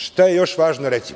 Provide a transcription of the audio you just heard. Šta je još važno reći?